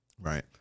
right